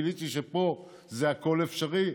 גיליתי שפה הכול אפשרי,